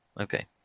Okay